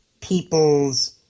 people's